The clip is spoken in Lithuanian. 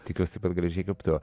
tikiuosi taip pat gražiai kaip tu